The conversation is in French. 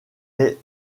est